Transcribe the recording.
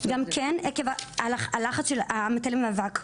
גם כן עקב הלחץ של המטה למאבק.